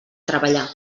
treballar